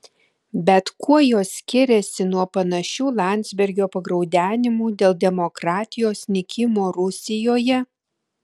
bet kuo jos skiriasi nuo panašių landsbergio pagraudenimų dėl demokratijos nykimo rusijoje